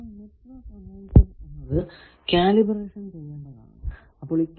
അപ്പോൾ network analyser എന്നത് ഒരു കാലിബ്രേഷൻ ചെയ്യുന്നതാണ്